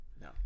No